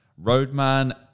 roadman